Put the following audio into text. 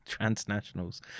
transnationals